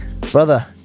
brother